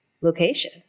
location